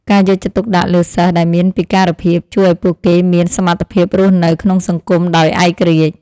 ការយកចិត្តទុកដាក់លើសិស្សដែលមានពិការភាពជួយឱ្យពួកគេមានសមត្ថភាពរស់នៅក្នុងសង្គមដោយឯករាជ្យ។